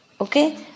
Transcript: okay